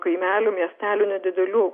kaimelių miestelių nedidelių